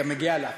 כי מגיע לך.